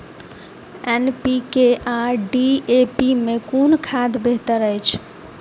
NPK आ DAP मे कुन खाद बेहतर अछि?